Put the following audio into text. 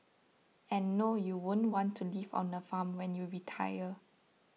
and no you won't want to live on a farm when you retire